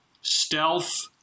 stealth